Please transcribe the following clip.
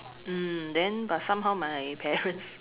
mm then but somehow my parents